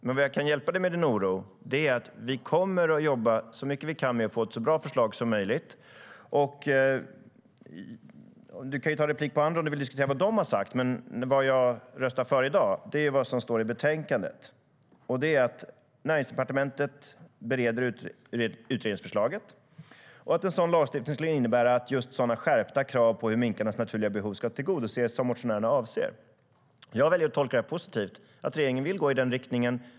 Vad jag kan hjälpa dig med är att säga att vi kommer att jobba så mycket vi kan med att få till ett så bra förslag som möjligt. Du kan ta replik på andra om du vill diskutera vad de har sagt, men vad jag röstar för i dag är vad som står i betänkandet: att Näringsdepartementet bereder utredningsförslaget och att en sådan lagstiftning skulle innebära just sådana skärpta krav på hur minkarnas naturliga behov ska tillgodoses som motionärerna avser. Jag väljer att tolka det positivt att regeringen vill gå i den riktningen.